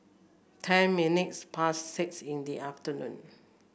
ten minutes past six in the afternoon